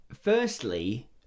firstly